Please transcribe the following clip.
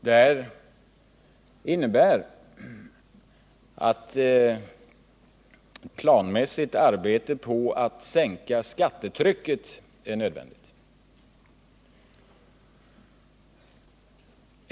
Detta innebär att ett planmässigt arbete på att sänka skattetrycket är nödvändigt.